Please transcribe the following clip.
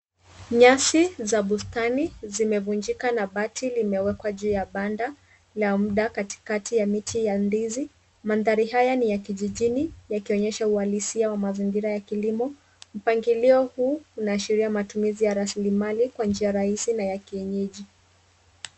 Nyasi za bustani zimevunjika na bati limewekwa juu ya banda la muda katikati ya mti ya ndizi. Mandhari haya ni ya kijijini yakionyesha ualisia wa mazingira ya kilimo. Mpangilio huu unaashiria matumizi ya raslimali kwa njia rahisi na ya kienyeji.